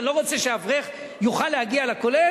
אני לא רוצה שאברך יוכל להגיע לכולל?